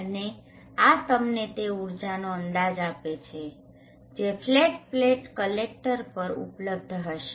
અને આ તમને તે ઊર્જાનો અંદાજ આપે છે જે ફ્લેટ પ્લેટ કલેક્ટર પર ઉપલબ્ધ થશે